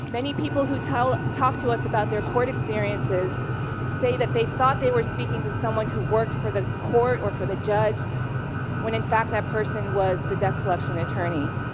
many people who talk to us about their court experiences say that they thought they were speaking to someone who worked for the court or for the judge when, in fact, that person was the debt collection attorney.